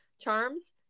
charms